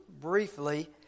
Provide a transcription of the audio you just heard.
briefly